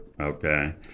Okay